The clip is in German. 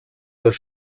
das